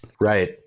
Right